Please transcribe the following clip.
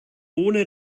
ohne